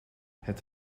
het